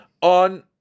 On